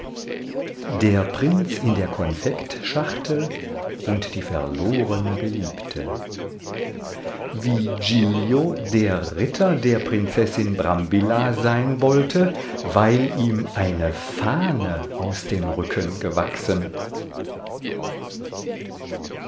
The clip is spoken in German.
der prinz in der konfektschachtel und die verlorne geliebte wie giglio der ritter der prinzessin brambilla sein wollte weil ihm eine fahne aus dem rücken gewachsen